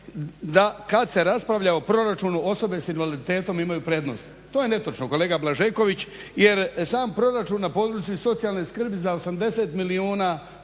da kad se raspravlja o proračunu osobe sa invaliditetom imaju prednost. To je netočno kolega Blažeković jer sam proračun na području i socijalne skrbi za 80 milijuna